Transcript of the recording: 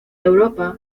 europa